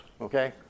Okay